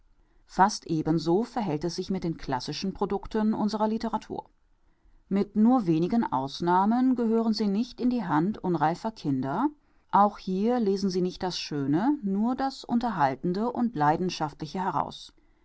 fast ebenso verhält es sich mit den classischen producten unserer literatur mit nur wenigen ausnahmen gehören sie nicht in die hand unreifer kinder auch hier lesen sie nicht das schöne nur das unterhaltende und leidenschaftliche heraus